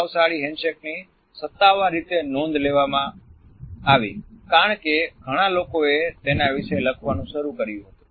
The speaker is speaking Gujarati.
પ્રભાવશાળી હેન્ડશેકની સત્તાવાર રીતે નોંધ લેવામાં આવી કારણ કે ઘણા લોકોએ તેના વિશે લખવાનું શરૂ કર્યું હતું